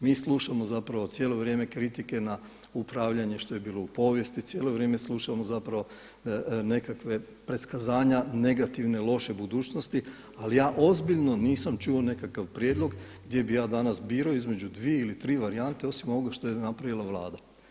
Mi slušamo zapravo cijelo vrijeme kritike na upravljanje što je bilo u povijesti, cijelo vrijeme slušamo zapravo nekakve, pretkazanja negativne, loše budućnosti ali ja ozbiljno nisam čuo nekakav prijedlog gdje bih ja danas birao između 2 ili 3 varijante osim ovoga što je napravila Vlada.